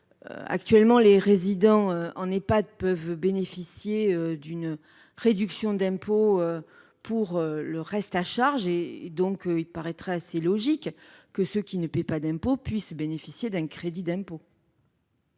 Actuellement, les résidents en Ehpad peuvent bénéficier d’une réduction d’impôt au titre de leur reste à charge. Il paraît assez logique que ceux qui ne paient pas d’impôts puissent bénéficier d’un crédit d’impôt.